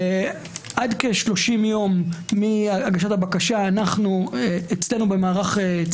עד כ-30 יום מהגשת הבקשה אנו אצלנו נותנים את צו פתיחת הליכים,